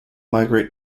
migrate